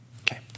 Okay